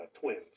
twins